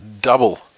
double